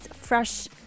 fresh